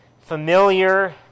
familiar